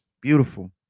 Beautiful